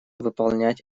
выполнять